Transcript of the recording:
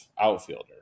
outfielder